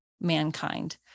mankind